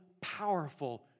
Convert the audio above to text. powerful